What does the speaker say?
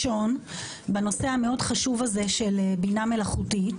והטכנולוגיה בנושא המאוד חשוב "בינה מלאכותית: